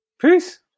peace